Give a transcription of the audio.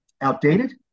outdated